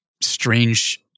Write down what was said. strange